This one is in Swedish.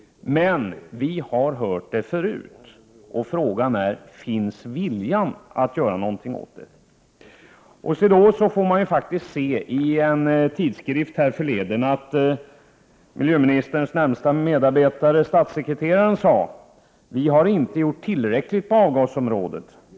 Men vi har hört detta förut, och frågan är: Finns viljan att göra någonting åt rådande förhållanden? I en tidskrift fick jag för en tid sedan se att miljöministerns närmaste 29 medarbetare statssekreteraren sade: Vi har inte gjort tillräckligt på avgasområdet.